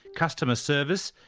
customer service,